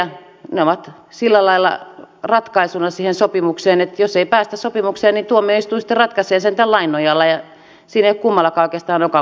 ne ovat sillä lailla ratkaisuna siihen sopimukseen että jos ei päästä sopimukseen niin tuomioistuin sitten ratkaisee sen tämän lain nojalla ja siinä ei ole kummallakaan oikeastaan nokan koputtamista